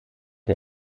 der